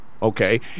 Okay